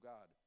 God